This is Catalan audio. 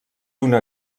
una